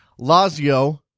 Lazio